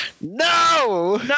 No